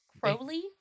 Crowley